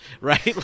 right